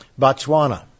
Botswana